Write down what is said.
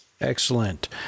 Excellent